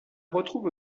retrouve